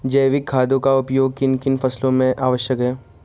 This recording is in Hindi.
जैविक खादों का उपयोग किन किन फसलों में आवश्यक है?